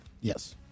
Yes